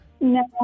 No